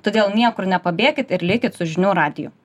todėl niekur nepabėkit ir likit su žinių radiju